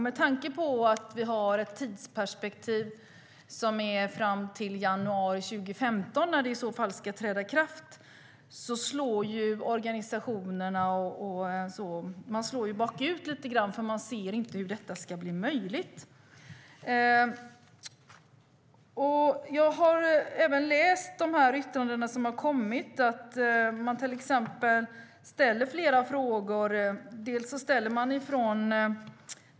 Med tanke på att vi har ett tidsperspektiv fram till januari 2015, när det i så fall ska träda i kraft, slår ju organisationerna bakut lite grann då man inte ser hur detta ska vara möjligt. Jag har även läst de yttranden som har kommit, och där ställer man flera frågor.